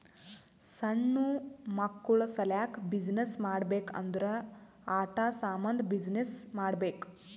ಸಣ್ಣು ಮಕ್ಕುಳ ಸಲ್ಯಾಕ್ ಬಿಸಿನ್ನೆಸ್ ಮಾಡ್ಬೇಕ್ ಅಂದುರ್ ಆಟಾ ಸಾಮಂದ್ ಬಿಸಿನ್ನೆಸ್ ಮಾಡ್ಬೇಕ್